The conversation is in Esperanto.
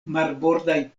marbordaj